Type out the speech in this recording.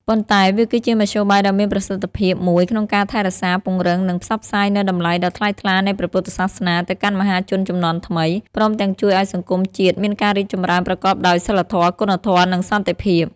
ប៉ុន្តែវាគឺជាមធ្យោបាយដ៏មានប្រសិទ្ធភាពមួយក្នុងការថែរក្សា ពង្រឹង និងផ្សព្វផ្សាយនូវតម្លៃដ៏ថ្លៃថ្លានៃព្រះពុទ្ធសាសនាទៅកាន់មហាជនជំនាន់ថ្មី ព្រមទាំងជួយឱ្យសង្គមជាតិមានការរីកចម្រើនប្រកបដោយសីលធម៌ គុណធម៌ និងសន្តិភាព។